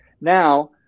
Now